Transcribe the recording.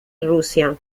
rusia